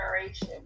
generation